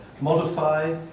modify